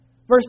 Verse